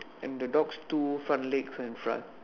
and the dog's two front legs in front